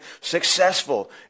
successful